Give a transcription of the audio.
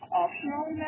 optional